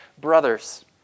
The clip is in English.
brothers